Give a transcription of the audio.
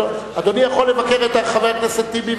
אדוני יכול לבקר את חבר הכנסת טיבי,